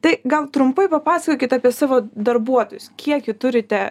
tai gal trumpai papasakokit apie savo darbuotojus kiek jų turite